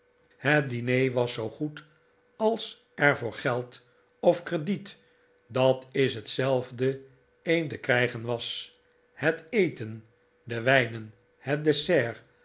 het diner was zoo goed als er voor geld of crediet dat is hetzelfde een te krijgen was het eten de wijnen het dessert